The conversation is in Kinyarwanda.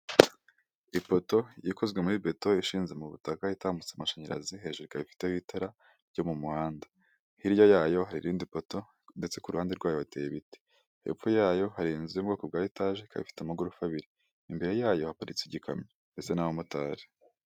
Ipoto ikozwe muri beto ishinze mu butaka itambutsa amashanyarazi, hejuru ika ifitete ho itara ryo mu muhanda. Hirya yayo haririndi poto ndetse kuru ruhande rwayo hoteye ibiti. Hepfo yayo hari inzu y'ubwoko bwa etaje. Ika ifite amagorofa abiri, imbere yayo haparitse igikamyo ndetse n'abamotari.